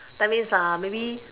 that means maybe